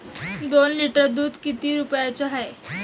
दोन लिटर दुध किती रुप्याचं हाये?